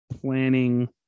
planning